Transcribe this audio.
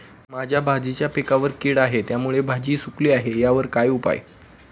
माझ्या भाजीच्या पिकावर कीड आहे त्यामुळे भाजी सुकली आहे यावर काय उपाय?